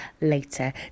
later